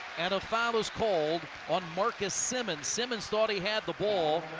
and a foul is called on marcus simmons. simmons thought he had the ball.